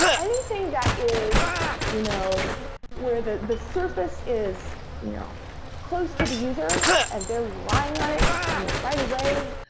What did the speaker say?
anything that is you know where the the surface is you know close to the user and they're relying on it you know right away,